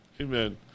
Amen